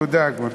תודה, גברתי.